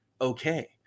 Okay